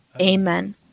Amen